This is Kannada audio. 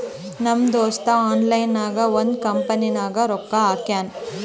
ನಮ್ ದೋಸ್ತ ಆನ್ಲೈನ್ ನಾಗೆ ಒಂದ್ ಕಂಪನಿನಾಗ್ ರೊಕ್ಕಾ ಹಾಕ್ಯಾನ್